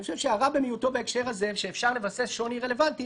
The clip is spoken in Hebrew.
אני חושב שהרע במיעוטו בהקשר הזה שאפשר לבסס שוני רלוונטי